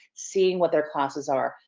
seeing what their classes are,